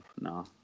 no